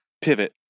pivot